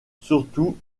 surtout